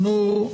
סבאח אל-נור.